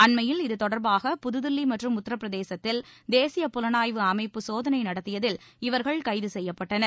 அண்மையில் இது தொடர்பாக புது தில்லி மற்றும் உத்தரப்பிரதேசத்தில் தேசிய புலனாய்வு அமைப்பு சோதனை நடத்தியதில் இவர்கள் கைது செய்யப்பட்டனர்